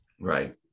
Right